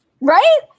right